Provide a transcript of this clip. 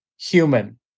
human